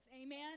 Amen